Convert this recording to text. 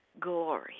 glory